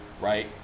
right